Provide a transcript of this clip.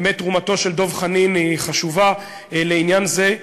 באמת תרומתו של דב חנין חשובה לעניין זה.